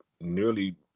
nearly